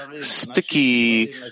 sticky